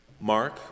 Mark